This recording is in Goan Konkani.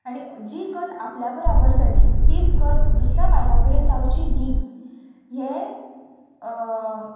आनी जी गत आपल्या बराबर जाली तीच गत दुसऱ्या बायलां कडेन जावची न्ही हें